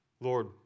Lord